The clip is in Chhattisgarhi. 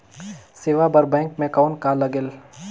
सेवा बर बैंक मे कौन का लगेल?